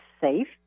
safe